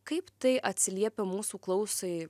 kaip tai atsiliepia mūsų klausai